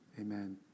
Amen